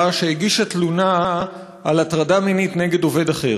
שהגישה תלונה על הטרדה מינית נגד עובד אחר,